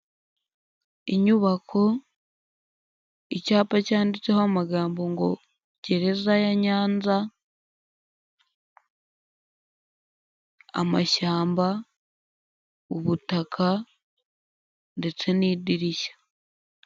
Inyubako, icyapa cyanditseho amagambo ngo gereza ya Nyanza, amashyamba, ubutaka ndetse n'idirishya.